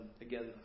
again